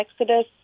Exodus